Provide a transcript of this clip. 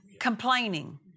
Complaining